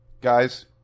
Guys